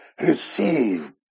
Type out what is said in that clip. receive